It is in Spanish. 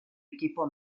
equipo